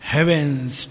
Heaven's